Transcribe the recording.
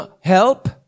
help